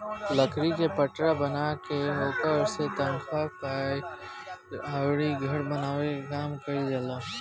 लकड़ी के पटरा बना के ओकरा से तख्ता, पालाइ अउरी घर बनावे के काम कईल जाला